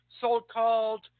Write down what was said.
so-called